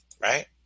right